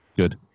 Good